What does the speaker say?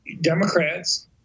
Democrats